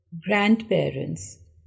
grandparents